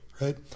right